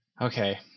Okay